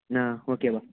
okay